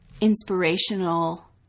inspirational